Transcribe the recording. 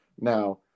Now